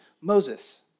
Moses